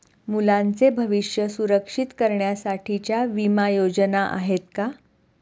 मुलांचे भविष्य सुरक्षित करण्यासाठीच्या विमा योजना आहेत का?